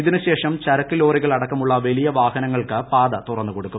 ഇതിനുശേഷം ചരക്ക് ലോറികൾ അടക്കമുള്ള വലിയ വാഹനങ്ങൾക്ക് പാത തുറന്നു കൊടുക്കും